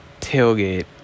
tailgate